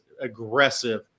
aggressive